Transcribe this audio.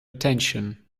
attention